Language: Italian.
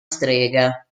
strega